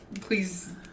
Please